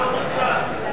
שלא תופתע.